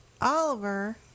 Oliver